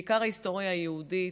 בעיקר להיסטוריה היהודית,